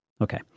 okay